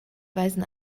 weisen